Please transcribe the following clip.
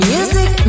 Music